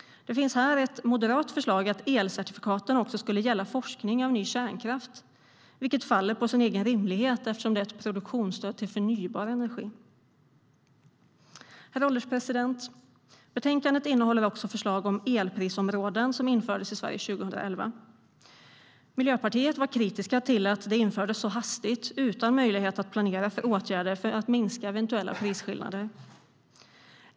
Det finns här ett moderat förslag om att elcertifikaten också skulle gälla forskning om ny kärnkraft, vilket faller på sin egen orimlighet eftersom det här gäller ett produktionsstöd för förnybar energi. Herr ålderspresident! Betänkandet innehåller också förslag om elprisområden som infördes i Sverige 2011. Miljöpartiet var kritiskt till att de infördes så hastigt utan möjlighet att planera för åtgärder för att minska eventuella prisskillnader.